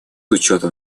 учетом